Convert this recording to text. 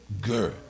girl